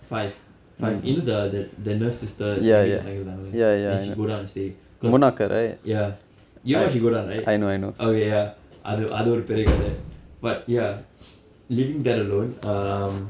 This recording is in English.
five five you know the the the nurse sister என் வீட்டில தங்கி இருந்தாங்க இல்ல:en vittila thanki irunthaanka illa then she go down and stay ya you know why she go down right okay ya அது அது ஒரு பெரிய கதை:athu athu oru periya kathai but ya leaving that alone um